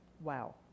Wow